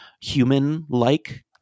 human-like